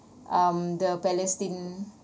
um the palestine